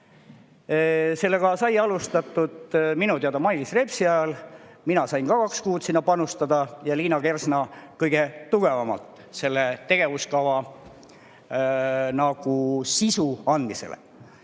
Sellega sai alustatud minu teada Mailis Repsi ajal, ka mina sain kaks kuud sinna panustada ja Liina Kersna [panustas] kõige tugevamalt selle tegevuskava sisu andmisesse.